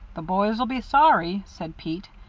the boys'll be sorry, said pete.